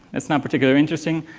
it's not particularly interesting.